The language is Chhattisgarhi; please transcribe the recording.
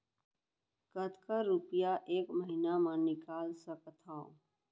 कतका रुपिया एक महीना म निकाल सकथव?